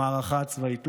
במערכה הצבאית,